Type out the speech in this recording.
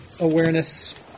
awareness